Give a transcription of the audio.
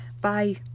bye